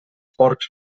porcs